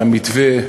על המתווה,